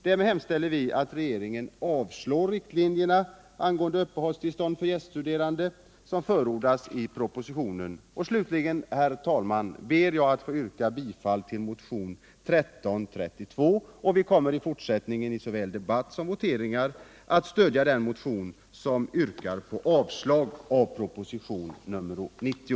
Därmed hemställer vi att riksdagen avslår propositionens förslag om riktlinjer angående uppehållstillstånd för gäststuderande. Slutligen, herr talman, ber jag att få yrka bifall till motionen 1332. Vi kommer i fortsättningen i såväl debatt som voteringar att stödja den motion som yrkar avslag på propositionen 90.